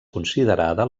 considerada